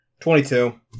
22